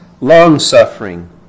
long-suffering